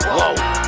Whoa